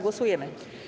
Głosujemy.